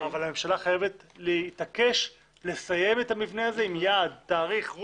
הממשלה חייבת להתעקש לסיים את זה עם יעד, תאריך.